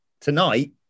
tonight